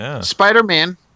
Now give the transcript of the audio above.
Spider-Man